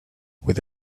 with